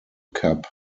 cup